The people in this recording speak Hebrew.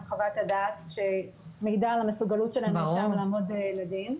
חוות הדעת שמעידה על המסוגלות של הנאשם לעמוד לדין.